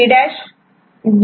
ABCD'